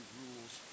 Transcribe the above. rules